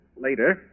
later